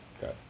got